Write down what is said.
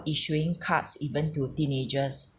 issuing cards even to teenagers